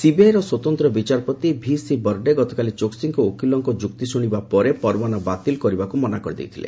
ସିବିଆଇର ସ୍ୱତନ୍ତ୍ର ବିଚାରପତି ଭିସି ବରଡେ ଗତକାଲି ଚୋକ୍ସିଙ୍କ ଓକିଲଙ୍କ ଯୁକ୍ତି ଶୁଣିବା ପରେ ପରୱାନା ବାତିଲ କରିବାକୁ ମନା କରିଦେଇଥିଲେ